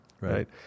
right